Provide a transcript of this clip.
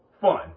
fun